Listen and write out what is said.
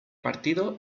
partido